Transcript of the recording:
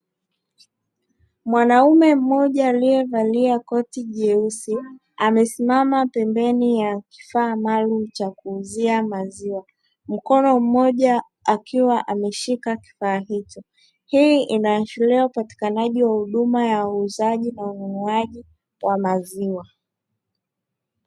Mwanaume mmoja aliyevalia koti jeusi, amesimama pembeni ya kifaa maalumu cha kuuzia maziwa; mkono mmoja akiwa ameshika kifaa hicho. Hii inaashiria upatikanaji wa huduma ya uuzaji na ununuaji wa maziwa.